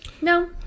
No